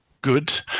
good